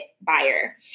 buyer